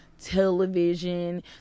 television